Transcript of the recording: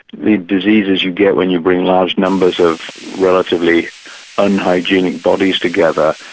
the diseases you get when you bring large numbers of relatively unhygienic bodies together,